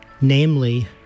namely